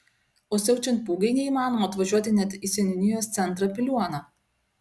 o siaučiant pūgai neįmanoma atvažiuoti net į seniūnijos centrą piliuoną